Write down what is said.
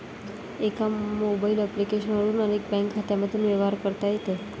एका mobile application वरून अनेक बँक खात्यांमधून व्यवहार करता येतात